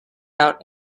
out